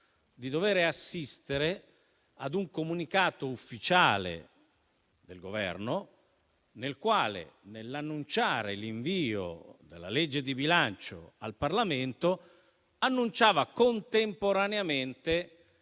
di dover assistere ad un comunicato ufficiale del Governo nel quale, nell’annunciare l’invio del disegno di legge di bilancio al Parlamento, annunciava contemporaneamente